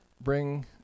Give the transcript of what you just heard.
bring